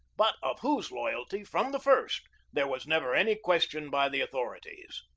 but of whose loyalty from the first there was never any question by the authorities.